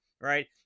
right